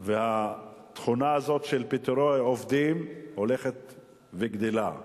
והתכונה הזאת של פיטורי עובדים הולכת וגדלה.